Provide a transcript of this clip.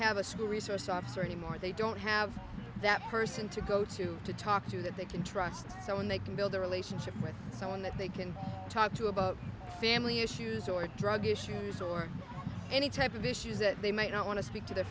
have a school resource officer anymore they don't have that person to go to to talk to that they can trust someone they can build a relationship with someone that they can talk to about family issues or drug issues or any type of issues that they might not want to speak to their